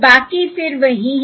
और बाकी फिर वही हैं